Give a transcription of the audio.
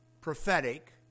prophetic